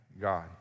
God